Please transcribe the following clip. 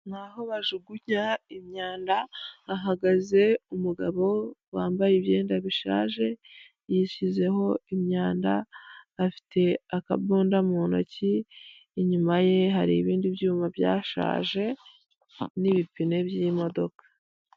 Ni aho bajugunya imyanda ahahagaze umugabo wambaye imyenda bishaje, yishyizeho imyanda, afite akabunda mu ntoki, inyuma ye hari ibindi byuma byashaje n'ibipine by'imodoka.